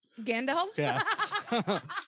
Gandalf